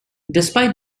despite